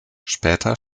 später